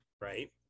Right